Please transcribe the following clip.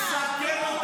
ערוצים עם סרטונים.